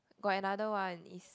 got another one it's